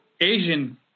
Asian